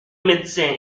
médecin